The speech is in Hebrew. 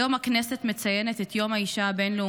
היום הכנסת מציינת את יום האישה הבין-לאומי,